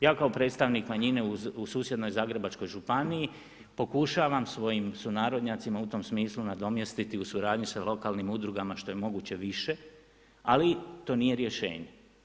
Ja kao predstavnik manjine u susjednoj Zagrebačkoj županiji, pokušavam svojim sunarodnjacima u tom smislu nadomjestiti u suradnji sa lokalnim udrugama što je moguće više ali to nije rješenje.